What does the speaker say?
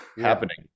happening